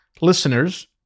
listeners